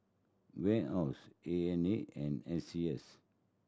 Warehouse N A N and S C S